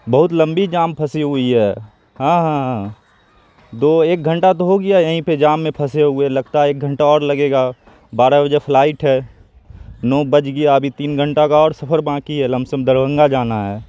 بہت لمبی جام پھنسی ہوئی ہے ہاں ہاں ہاں دو ایک گھنٹہ تو ہو گیا یہیں پہ جام میں پھسے ہوئے لگتا ہے ایک گھنٹہ اور لگے گا بارہ بجے فلائٹ ہے نو بج گیا ابھی تین گھنٹہ کا اور سفر باقی ہے لم سم دربھنگہ جانا ہے